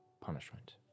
punishment